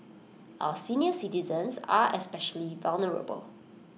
our senior citizens are especially vulnerable